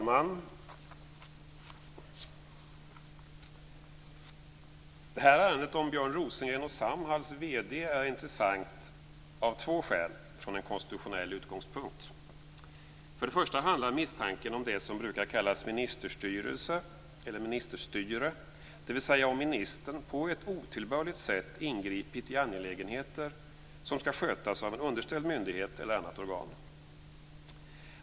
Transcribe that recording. Fru talman! Ärendet om Björn Rosengren och Samhalls vd är intressant av två skäl från en konstitutionell utgångspunkt. Först och främst handlar misstanken om det som brukar kallas ministerstyre, dvs. om ministern på ett otillbörligt sätt ingripit i angelägenheter som skall skötas av en underställd myndighet eller annat organ.